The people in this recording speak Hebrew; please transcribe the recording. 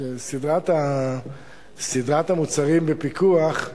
שסדרת המוצרים בפיקוח,